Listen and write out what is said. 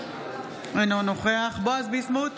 אינו נוכח בועז ביסמוט,